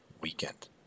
weekend